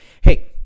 hey